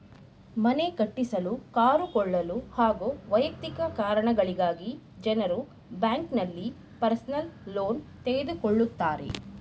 ಮನೆ ಕಟ್ಟಿಸಲು ಕಾರು ಕೊಳ್ಳಲು ಹಾಗೂ ವೈಯಕ್ತಿಕ ಕಾರಣಗಳಿಗಾಗಿ ಜನರು ಬ್ಯಾಂಕ್ನಲ್ಲಿ ಪರ್ಸನಲ್ ಲೋನ್ ತೆಗೆದುಕೊಳ್ಳುತ್ತಾರೆ